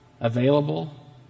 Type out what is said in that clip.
available